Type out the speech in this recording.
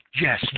Yes